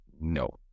no